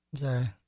sorry